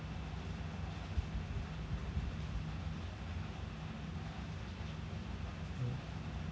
mm